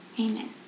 Amen